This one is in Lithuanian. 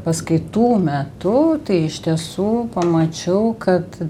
paskaitų metu tai iš tiesų pamačiau kad